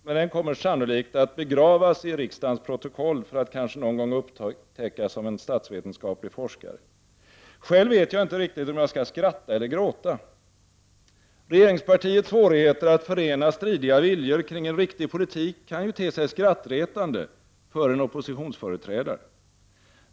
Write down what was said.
Men den kommer sannolikt att begravas i riksdagens protokoll, för att kanske någon gång upptäckas av en statsvetenskaplig forskare. Själv vet jag inte riktigt om jag skall skratta eller gråta. Regeringspartiets svårigheter att förena stridiga viljor kring en riktig politik kan te sig skrattretande för en oppositionsföreträdare.